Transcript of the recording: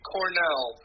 Cornell